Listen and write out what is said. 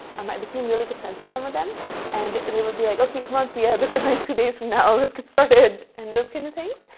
um i became really good friends with some of them and they would be like, okay come on siya. the deadline's two days from now. let's get started and those kind of things.